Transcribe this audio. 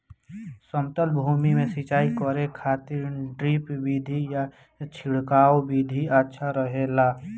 समतल भूमि में सिंचाई करे खातिर ड्रिप विधि या छिड़काव विधि अच्छा रहेला?